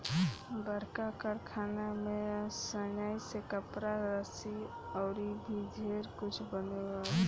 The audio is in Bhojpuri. बड़का कारखाना में सनइ से कपड़ा, रसरी अउर भी ढेरे कुछ बनावेला